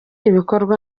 ibikorwa